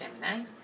Gemini